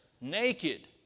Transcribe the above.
Naked